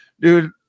dude